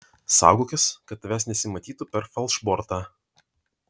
saugokis kad tavęs nesimatytų per falšbortą